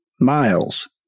Miles